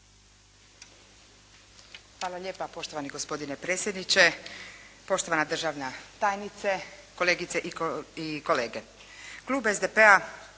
Hvala lijepa poštovani gospodine predsjedniče, poštovana državna tajnice, kolegice i kolege.